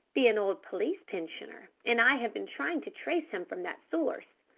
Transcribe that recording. be an old police pensioner, and i have been trying to trace him from that source.